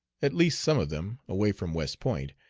at least some of them, away from west point,